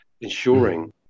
ensuring